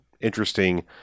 interesting